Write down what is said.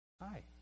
Hi